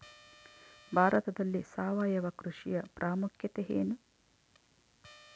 ಭಾರತದಲ್ಲಿ ಸಾವಯವ ಕೃಷಿಯ ಪ್ರಾಮುಖ್ಯತೆ ಎನು?